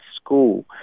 school